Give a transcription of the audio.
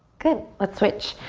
good, let's switch.